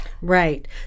Right